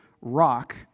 rock